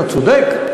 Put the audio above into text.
אתה צודק,